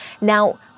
Now